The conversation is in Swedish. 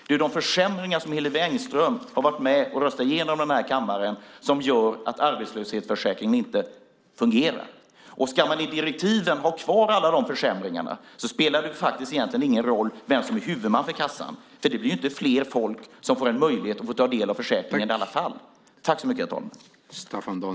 Det är de försämringar som Hillevi Engström har varit med och röstat igenom i den här kammaren som gör att arbetslöshetsförsäkringen inte fungerar. Ska man ha kvar alla de försämringarna i direktiven spelar det egentligen ingen roll vem som är huvudman för kassan. Det blir i alla fall inte fler människor som får möjlighet att ta del av försäkringen.